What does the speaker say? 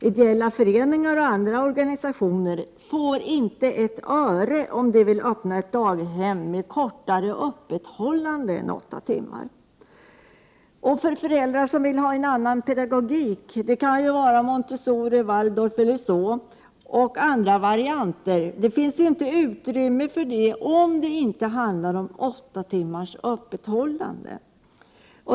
Ideella föreningar och andra organisationer får inte ett öre, om de vill öppna ett daghem med kortare öppethållande än åtta timmar. En del föräldrar vill ha en annan pedagogik för sina barn — Montessori, Waldorf eller någon annan variant. Men om daghemmet inte håller öppet åtta timmar, finns det inte något utrymme för detta.